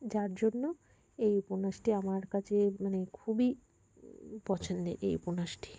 যার জন্য এই উপন্যাসটি আমার কাছে মানে খুবই পছন্দের এই উপনাসটি